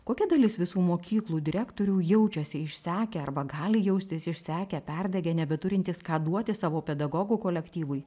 kokia dalis visų mokyklų direktorių jaučiasi išsekę arba gali jaustis išsekę perdegę nebeturintys ką duoti savo pedagogų kolektyvui